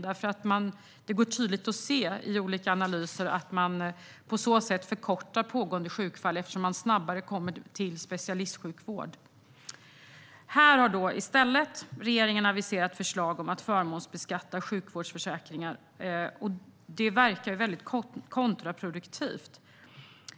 Det går att tydligt se i olika analyser att pågående sjukfall på så sätt förkortas eftersom man snabbare kommer till specialistsjukvård. Här har regeringen i stället aviserat förslag om att förmånsbeskatta sjukvårdsförsäkringar. Det verkar väldigt kontraproduktivt.